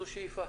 זו שאיפה.